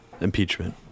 impeachment